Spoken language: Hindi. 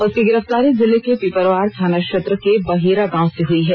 उसकी गिरफ्तारी जिले के पिपरवार थाना क्षेत्र के बहेरा गांव से हई है